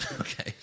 Okay